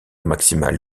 maximale